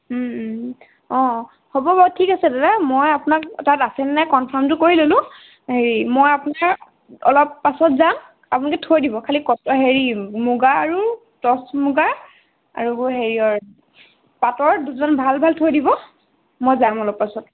অঁ হ'ব বাৰু ঠিক আছে দাদা মই আপোনাক তাত আছে নে নাই কনফাৰ্মটো কৰি ল'লোঁ হেৰি মই আপোনাৰ অলপ পাছত যাম আপোনালোকে থৈ দিব খালী হেৰি মুগা আৰু টচ মুগাৰ আৰু হেৰিয়ৰ পাটৰ দুযোৰমান ভাল ভাল থৈ দিব মই যাম অলপ পাছত